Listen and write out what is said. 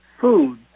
food